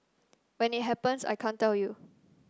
when it happens I can't tell you